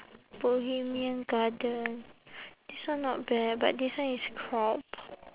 bohemian garden this one not bad but this one is crop